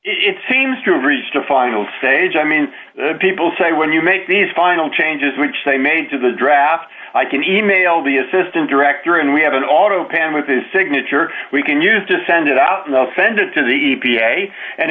it seems to have reached a final stage i mean people say when you make these final changes which they made to the draft i can email the assistant director and we have an auto pen with his signature we can use to send it out and they'll send it to the e p a and